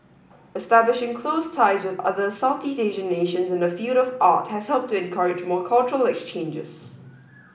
establishing close ties with other Southeast Asian nations in the field of art has helped to encourage more cultural exchanges